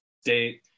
state